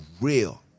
real